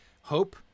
Hope